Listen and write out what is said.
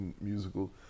Musical